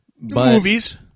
Movies